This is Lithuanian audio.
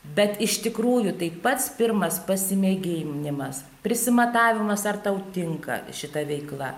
bet iš tikrųjų tai pats pirmas pasimėginimas prisimatavimas ar tau tinka šita veikla